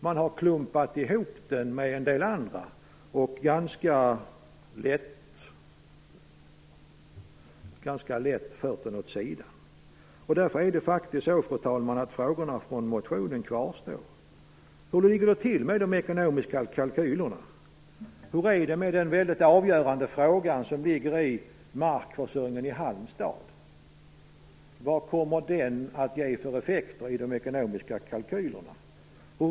Man har klumpat ihop den med en del andra motioner och ganska lätt fört den åt sidan. Därför är det faktiskt så, fru talman, att frågorna från motionen kvarstår: Hur ligger det till med de ekonomiska kalkylerna? Hur är det med den väldigt avgörande fråga som ligger i markförsörjningen i Halmstad? Vilka effekter kommer den att ge i de ekonomiska kalkylerna?